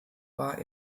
war